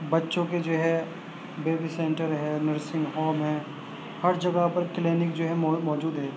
بچوں کے جو ہے بیبی سینٹر ہے نرسنگ ہوم ہیں ہر جگہ پر کلینک جو ہے موج موجود ہے